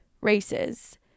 races